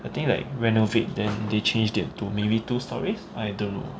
I think like renovate then they changed it to maybe two stories I don't know